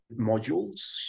modules